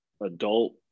adult